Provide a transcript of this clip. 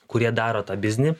kurie daro tą biznį